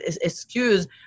excuse